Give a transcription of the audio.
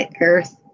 earth